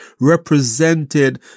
represented